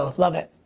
ah love it,